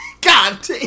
God